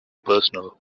personnel